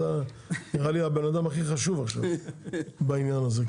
זה נראה לי הבן אדם הכי חשוב בעניין הזה.